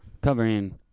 covering